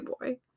boy